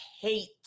hate